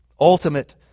Ultimate